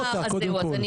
אז זהו, אז אני